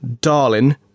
darling